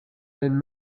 been